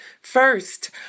First